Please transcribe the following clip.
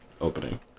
opening